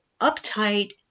uptight